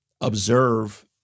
observe